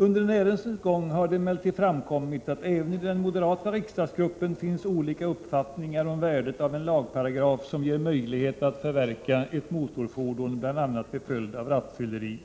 Under ärendets gång har det emellertid framkommit att det även inom den moderata riksdagsgruppen finns olika uppfattningar om värdet av en lagparagraf som ger möjlighet att förverka ett motorfordon, bl.a. till följd av rattfylleri.